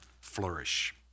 flourish